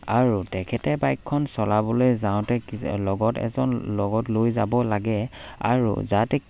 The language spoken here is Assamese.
আৰু তেখেতে বাইকখন চলাবলৈ যাওঁতে লগত এজন লগত লৈ যাব লাগে আৰু যাতে